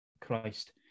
Christ